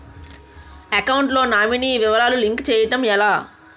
Account లో nominee వివరాలు link చేయటం ఎలా?